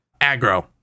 Aggro